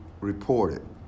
reported